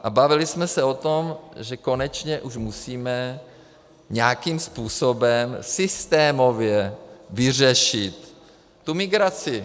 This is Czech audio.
A bavili jsme se o tom, že konečně už musíme nějakým způsobem systémově vyřešit tu migraci.